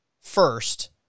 first